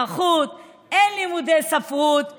אין לימודי אזרחות, אין לימודי ספרות.